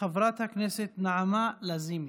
חברת הכנסת נעמה לזימי,